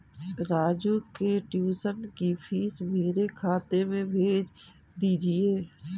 राजू के ट्यूशन की फीस मेरे खाते में भेज दीजिए